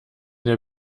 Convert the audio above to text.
der